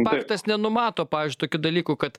paktas nenumato pavyzdžiui tokių dalykų kad